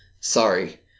sorry